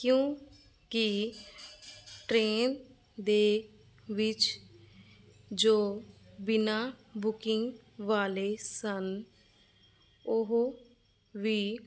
ਕਿਉਂਕਿ ਟਰੇਨ ਦੇ ਵਿੱਚ ਜੋ ਬਿਨਾਂ ਬੁਕਿੰਗ ਵਾਲੇ ਸਨ ਉਹ ਵੀ